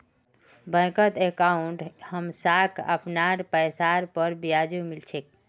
बैंकत अंकाउट हमसाक अपनार पैसार पर ब्याजो मिल छेक